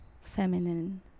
feminine